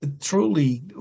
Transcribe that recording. truly